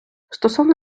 стосовно